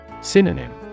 Synonym